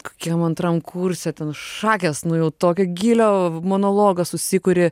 kokiam antram kurse ten šakės nu jau tokio gylio monologą susikuri